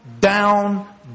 down